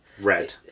Red